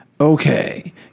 okay